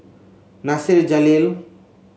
Nasir Jalil